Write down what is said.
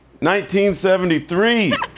1973